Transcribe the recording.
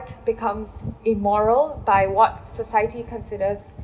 becomes immoral by what society considers